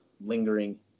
lingering